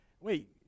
wait